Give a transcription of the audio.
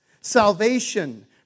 Salvation